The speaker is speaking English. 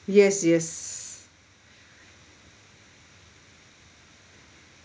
yes yes